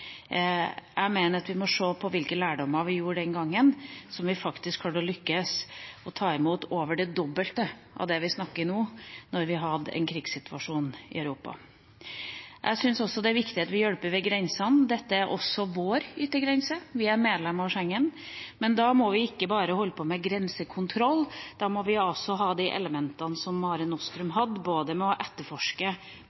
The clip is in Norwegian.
Jeg mener at vi må ta lærdom av det vi gjorde den gangen da vi faktisk klarte å lykkes med å ta imot over det dobbelte av det vi snakker om nå, da vi hadde en krigssituasjon i Europa. Jeg syns også at det er viktig at vi hjelper ved grensene, dette er også vår yttergrense, vi er medlem av Schengen. Men da må vi ikke bare holde på med grensekontroll, da må vi også ha de elementene som Mare Nostrum hadde: etterforske på båten med